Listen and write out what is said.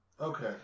Okay